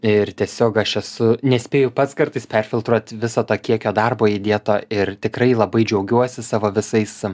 ir tiesiog aš esu nespėju pats kartais perfiltruot viso to kiekio darbo įdėto ir tikrai labai džiaugiuosi savo visais